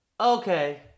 okay